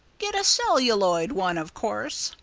get a celluloid one, of course,